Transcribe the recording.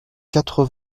quatre